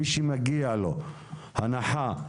מי שמגיעה לו הנחה,